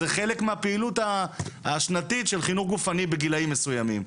זה חלק מהפעילות השנתית של חינוך גופני בגילאים מסויימים.